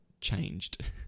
changed